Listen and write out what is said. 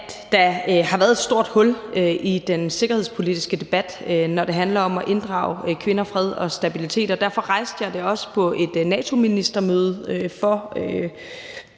der har været et stort hul i den sikkerhedspolitiske debat, når det handler om at inddrage kvinder, fred og stabilitet, og derfor rejste jeg det også på et NATO-ministermøde for